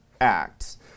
Acts